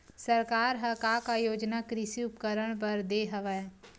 सरकार ह का का योजना कृषि उपकरण बर दे हवय?